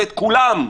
ואת כולן.